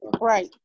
Right